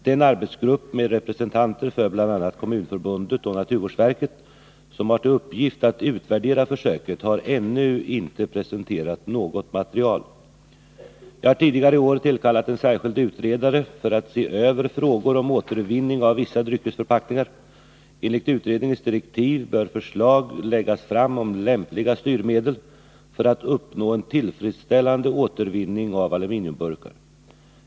Den arbetsgrupp med representanter för bl.a. Kommunförbundet och naturvårdsverket som har till uppgift att utvärdera försöket har ännu inte presenterat något material. Jag har tidigare i år tillkallat en särskild utredare för att se över frågor om återvinning av vissa dryckesförpackningar. Enligt utredningens direktiv bör förslag läggas fram om lämpliga styrmedel för att uppnå en tillfredsställande återvinning av aluminiumburkar.